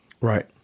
Right